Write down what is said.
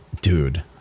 Dude